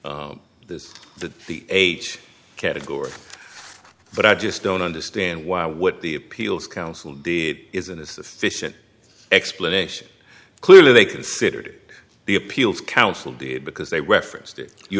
this that the age category but i just don't understand why what the appeals council deed is in this fission explanation clearly they considered the appeals council did because they referenced it you